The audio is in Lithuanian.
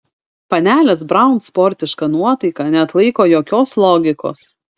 panelės braun sportiška nuotaika neatlaiko jokios logikos